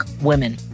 Women